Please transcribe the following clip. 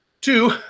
Two